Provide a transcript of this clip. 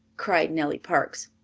cried nellie parks.